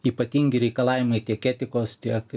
ypatingi reikalavimai tiek etikos tiek